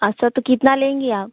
अच्छा तो कितना लेंगी आप